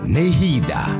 Nehida